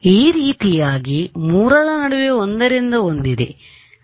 ಈ ರೀತಿಯಾಗಿ ಮೂರರ ನಡುವೆ ಒಂದರಿಂದ ಒಂದಿದೆ